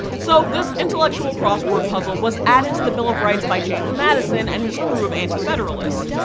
so this intellectual crossword puzzle was added to the bill of rights by james madison and his crew of anti-federalists.